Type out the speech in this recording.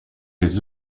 les